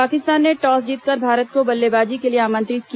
पाकिस्तान ने टॉस जीतकर भारत को बल्लेबाजी के लिए आमंत्रित किया